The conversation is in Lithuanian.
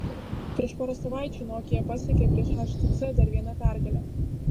prieš porą savaičių nokia pasiekė prieš htc dar vieną pergalę